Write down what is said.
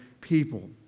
people